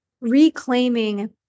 reclaiming